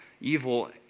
evil